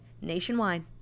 Nationwide